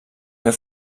fer